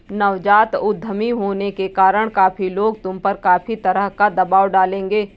नवजात उद्यमी होने के कारण काफी लोग तुम पर काफी तरह का दबाव डालेंगे